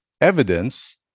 evidence